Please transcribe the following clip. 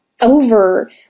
over